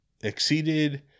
exceeded